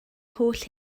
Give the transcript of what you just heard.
holl